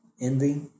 envy